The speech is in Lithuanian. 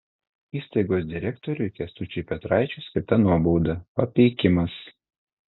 įstaigos direktoriui kęstučiui petraičiui skirta nuobauda papeikimas